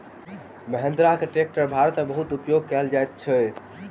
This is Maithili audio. महिंद्रा के ट्रेक्टर भारत में बहुत उपयोग कयल जाइत अछि